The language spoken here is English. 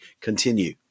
continue